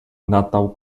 natal